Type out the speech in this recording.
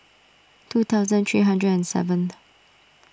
two thousand three hundred and seventh